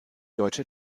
deutsche